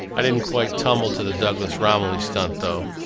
i didn't quite tumble to the douglas romilly stunt, though.